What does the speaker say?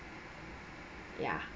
ya